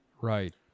right